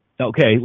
okay